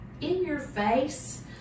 in-your-face